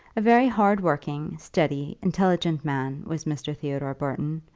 a very hard-working, steady, intelligent man was mr. theodore burton,